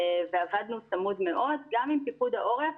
ועבדנו צמוד מאוד גם עם פיקוד העורף,